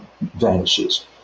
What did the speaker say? vanishes